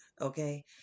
okay